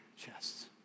chests